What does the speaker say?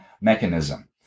mechanism